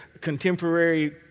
contemporary